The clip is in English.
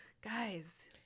guys